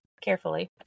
carefully